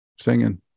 singing